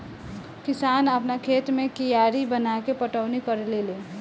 किसान आपना खेत मे कियारी बनाके पटौनी करेले लेन